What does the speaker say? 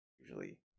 usually